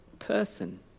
person